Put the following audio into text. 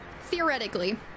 theoretically